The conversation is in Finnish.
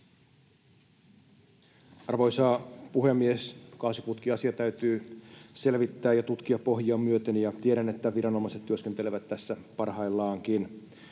Arvoisa puhemies! Kaasuputkiasia täytyy selvittää ja tutkia pohjiaan myöten, ja tiedän, että viranomaiset työskentelevät tässä parhaillaankin.